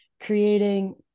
creating